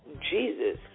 Jesus